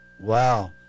Wow